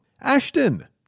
Ashton